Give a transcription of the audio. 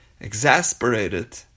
Exasperated